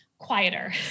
quieter